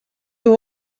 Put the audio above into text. were